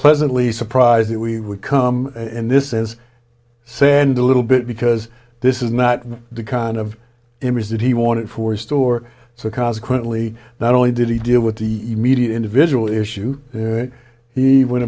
pleasantly surprised that we would come and this is sand a little bit because this is not the kind of image that he wanted for store so consequently not only did he deal with the immediate individual issue he went